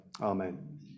Amen